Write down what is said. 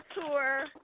tour